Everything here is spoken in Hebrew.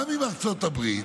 גם עם ארצות הברית,